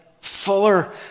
fuller